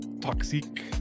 toxic